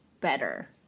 better